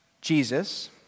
Jesus